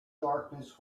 darkness